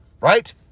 right